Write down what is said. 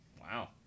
Wow